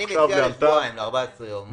אני מציע לשבועיים, ל-14 ימים.